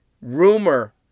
rumor